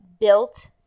built